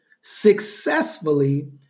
successfully